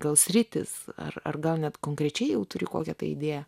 gal sritys ar ar gal net konkrečiai jau turi kokią tai idėją